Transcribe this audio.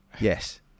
Yes